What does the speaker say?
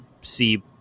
see